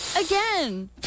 Again